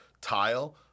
Tile